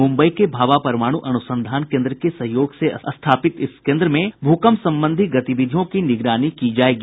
मुम्बई के भाभा परमाणु अनुसंधान केन्द्र के सहयोग से स्थापित इस केन्द्र से भूकंप संबंधी गतिविधियों की निगरानी हो सकेगी